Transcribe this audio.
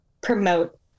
promote